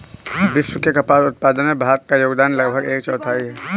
विश्व के कपास उत्पादन में भारत का योगदान लगभग एक चौथाई है